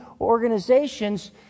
organizations